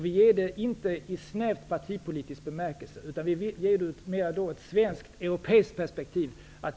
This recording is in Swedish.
Vi är det inte i snäv partipolitisk bemärkelse. Vi vill se arbetet ur ett svenskt och europeiskt perspektiv.